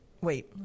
Wait